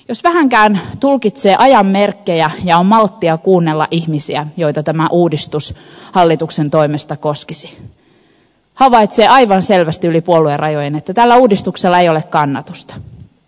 jos vähänkään tulkitsee ajan merkkejä ja on malttia kuunnella ihmisiä joita tämä uudistus hallituksen toimesta koskisi havaitsee aivan selvästi yli puoluerajojen että tällä uudistuksella ei ole kannatusta